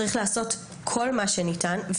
צריך לעשות כל מה שניתן,